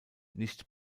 nicht